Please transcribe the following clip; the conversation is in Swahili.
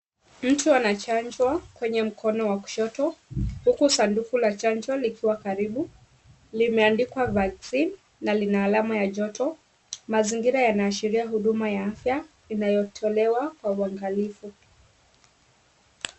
Mtu anachanjwa kwenye mkono wa kushoto, huku sanduku la chanjo likiwa karibu limeandikwa VACCINE na lina alama ya joto. Mazingira yanaashiria huduma ya afya inayotolewa kwa uangalifu.